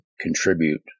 contribute